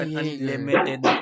unlimited